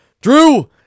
Drew